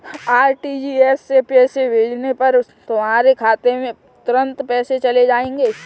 RTGS से पैसे भेजने पर तुम्हारे खाते में तुरंत पैसे चले जाएंगे